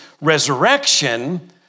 resurrection